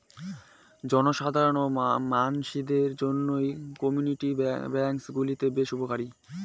জনসাধারণ মানসিদের জইন্যে কমিউনিটি ব্যাঙ্ক গুলি বেশ উপকারী